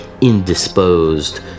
indisposed